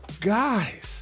guys